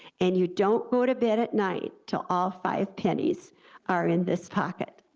and you don't go to bed at night til all five pennies are in this pocket.